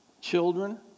Children